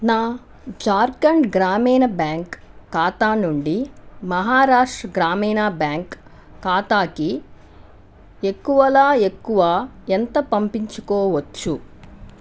నా ఝార్ఖండ్ గ్రామీణ బ్యాంక్ ఖాతా నుండి మహారాష్ట్ర గ్రామీణ బ్యాంక్ ఖాతాకి ఎక్కువల ఎక్కువ ఎంత పంపించుకోవచ్చు